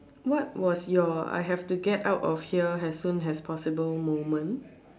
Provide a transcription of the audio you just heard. what was your I have to get out of here as soon as possible moment